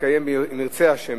ח' באייר התשע"ב,